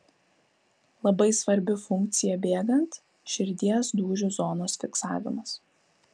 labai svarbi funkcija bėgant širdies dūžių zonos fiksavimas